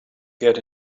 get